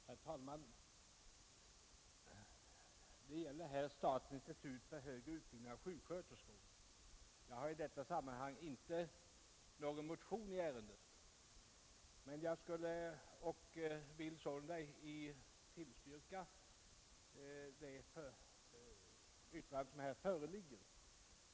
Herr talman! Det gäller här statens institut för högre utbildning av sjuksköterskor. Jag har inte väckt någon motion i ärendet och vill tillstyrka det yrkande som här föreligger.